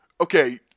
Okay